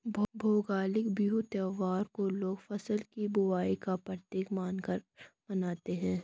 भोगाली बिहू त्योहार को लोग फ़सल की बुबाई का प्रतीक मानकर मानते हैं